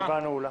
הישיבה נעולה.